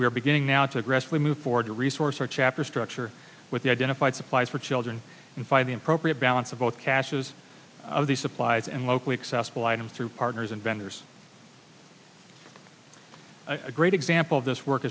are beginning now to aggressively move forward a resource or chapter structure with the identified supplies for children and find the appropriate balance of both caches of the supplies and locally accessible items through partners and vendors a great example of this work